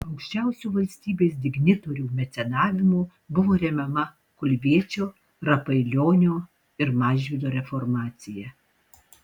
aukščiausių valstybės dignitorių mecenavimu buvo remiama kulviečio rapailionio ir mažvydo reformacija